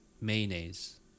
mayonnaise